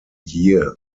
year